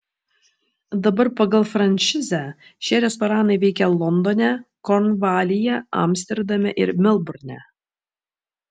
dabar pagal franšizę šie restoranai veikia londone kornvalyje amsterdame ir melburne